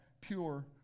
pure